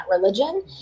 religion